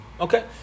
Okay